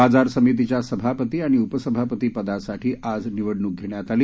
बाजार समितीच्या सभापती आणि उपसभापती पदासाठी आज निवडणूक घेण्यात आली